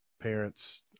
parents